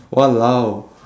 !walao!